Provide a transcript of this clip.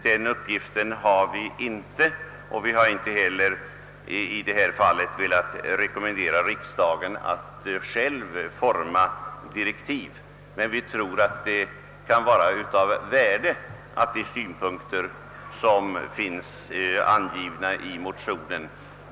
Den uppgiften har vi inte, och vi har i detta fall inte heller velat rekommendera riksdagen att forma direktiv. Vi tror dock att det kan vara av värde att utredningen beaktar de synpunkter som anges i motionen.